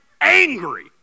angry